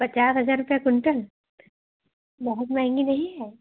पचास हजार रुपया क्विंटल बहुत महंगी नहीं है